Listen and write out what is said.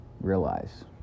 realize